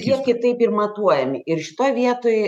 jie kitaip ir matuojami ir šitoj vietoj